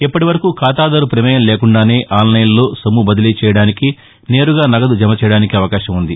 ఇప్పటివరకు ఖాతాదారు ప్రమేయం లేకుండానే ఆన్లైన్లో సొమ్ము బదిలీ చేయడానికి నేరుగా నగదు జమ చేయడానికీ అవకాశం ఉంది